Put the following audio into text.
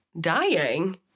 dying